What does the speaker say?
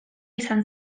izan